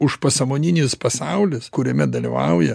užpasąmoninis pasaulis kuriame dalyvauja